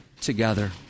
together